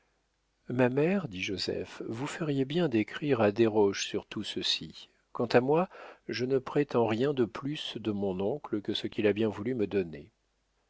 ma mère dit joseph vous feriez bien d'écrire à desroches sur tout ceci quant à moi je ne prétends rien de plus de mon oncle que ce qu'il a bien voulu me donner